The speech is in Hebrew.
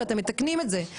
כשאתם מתקנים את זה,